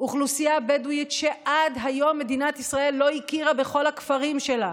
אוכלוסייה בדואית שעד היום מדינת ישראל לא הכירה בכל הכפרים שלה.